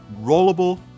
rollable